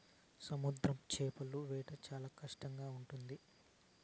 సముద్ర చేపల వేట చాలా కష్టంగా ఉంటుంది